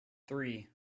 three